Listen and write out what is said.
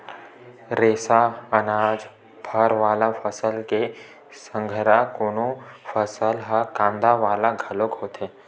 रेसा, अनाज, फर वाला फसल के संघरा कोनो फसल ह कांदा वाला घलो होथे